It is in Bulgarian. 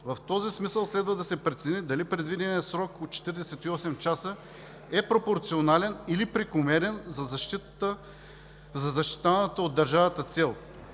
В този смисъл следва да се прецени дали предвиденият срок от 48 часа е пропорционален, или прекомерен за защитаваната от държавата цел.